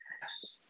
Yes